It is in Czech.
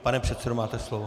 Pane předsedo, máte slovo.